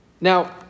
Now